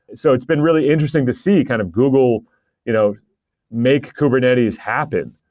so it's been really interesting to see kind of google you know make kubernetes happen,